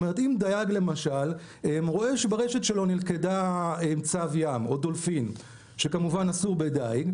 אם דייג למשל רואה שברשת שלו נלכד צב ים או דולפין שכמובן אסור בדייג,